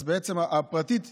אז בעצם הפרטית נבלעת.